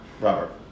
Robert